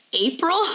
April